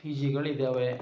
P ಜಿಗಳು ಇದಾವೆ